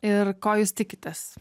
ir ko jūs tikitės